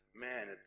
Man